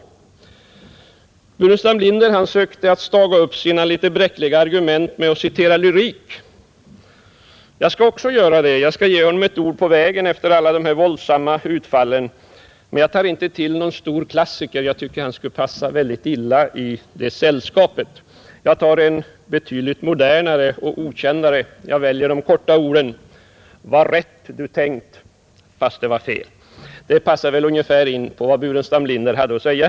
Herr Burenstam Linder sökte staga upp sina bräckliga argument med att citera lyrik. Jag skall också göra det och ge honom ett ord på vägen efter alla de här våldsamma utfallen. Men jag tar inte till någon stor klassiker, eftersom en sådan skulle passa illa i det sällskapet. Jag tar en betydligt modernare och mera okänd författare. Jag väljer de korta orden: ”Vad rätt Du tänkt, fast det var fel.” Det passar väl ungefär in på vad herr Burenstam Linder här hade att säga.